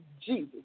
Jesus